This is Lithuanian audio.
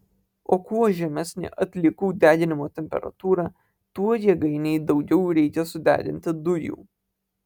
o kuo žemesnė atliekų deginimo temperatūra tuo jėgainei daugiau reikia sudeginti dujų